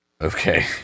Okay